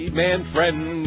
man-friend